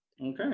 okay